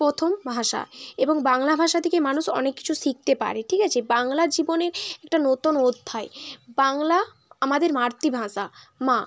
প্রথম ভাষা এবং বাংলা ভাষা থিকে মানুষ অনেক কিছু শিকতে পারে ঠিক আছে বাংলা জীবনে একটা নতুন অধ্যায় বাংলা আমাদের মাতৃভাষা মা